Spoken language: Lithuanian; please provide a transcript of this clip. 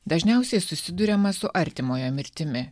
dažniausiai susiduriama su artimojo mirtimi